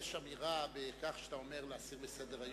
יש אמירה בכך שאתה אומר להסיר מסדר-היום,